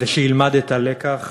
כדי שילמד את הלקח